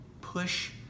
push